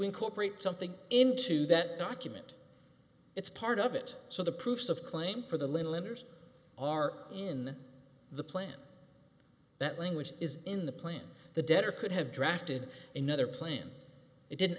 incorporate something into that document it's part of it so the proofs of claim for the little letters are in the plan that language is in the plan the debtor could have drafted another plan it didn't